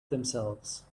themselves